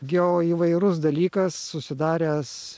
geoįvairus dalykas susidaręs